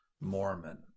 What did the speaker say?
Mormon